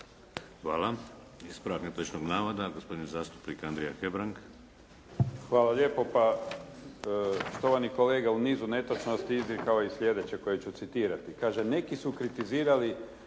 Hvala. Ispravak netočnog navoda gospodin zastupnik Andrija Hebrang. **Hebrang, Andrija (HDZ)** Hvala lijepo. Pa štovani kolega u nizu netočnosti izrekao je i sljedeće koje ću citirati. Kaže: «Neki su kritizirali